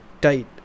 tight